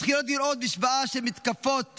מתחילים לראות משוואה של מתקפות,